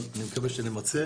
אבל אני מקווה שנמצה.